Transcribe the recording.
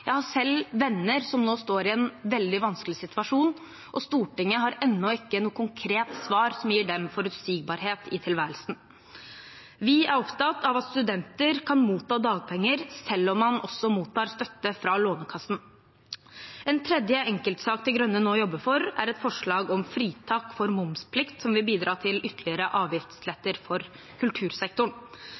Jeg har selv venner som nå er i en veldig vanskelig situasjon, og Stortinget har ennå ikke noe konkret svar som gir dem forutsigbarhet i tilværelsen. Vi er opptatt av at studenter kan motta dagpenger selv om man også mottar støtte fra Lånekassen. Den tredje enkeltsaken De Grønne nå jobber for, er et forslag om fritak for momsplikt som vil bidra til ytterligere avgiftslettelser for kultursektoren.